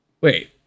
Wait